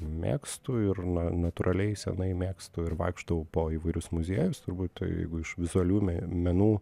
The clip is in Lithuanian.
mėgstu ir na natūraliai senai mėgstu ir vaikštau po įvairius muziejus turbūt jeigu iš vizualių me menų